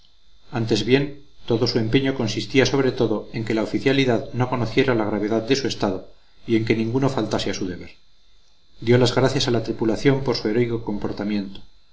antes bien todo su empeño consistía sobre todo en que la oficialidad no conociera la gravedad de su estado y en que ninguno faltase a su deber dio las gracias a la tripulación por su heroico comportamiento